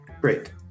Great